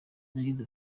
yagize